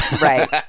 Right